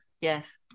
yes